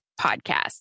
podcast